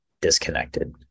disconnected